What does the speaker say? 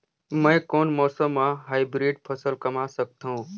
मै कोन मौसम म हाईब्रिड फसल कमा सकथव?